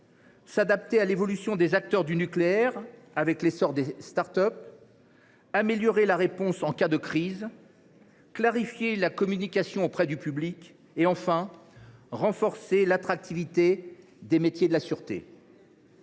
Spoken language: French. s’adapter à l’évolution des acteurs du nucléaire, avec l’essor des start up, améliorer la réponse en cas de crise, clarifier la communication auprès du public et, enfin, renforcer l’attractivité des métiers de la sûreté.